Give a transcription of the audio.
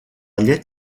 llet